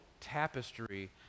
tapestry